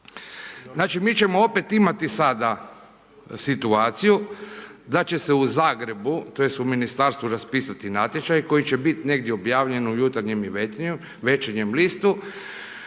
Znači mi ćemo opet imati sada situaciju da će se u Zagrebu tj. u ministarstvu raspisati natječaj koji će bit negdje objavljen u Jutarnjem i Večernjem listu